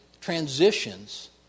transitions